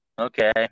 Okay